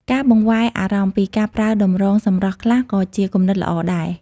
ការបង្វែរអារម្មណ៍ពីការប្រើតម្រងសម្រស់ខ្លះក៏ជាគំនិតល្អដែរ។